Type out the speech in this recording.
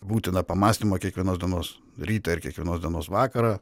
būtiną pamąstymą kiekvienos dienos rytą ir kiekvienos dienos vakarą